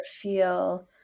feel